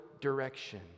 direction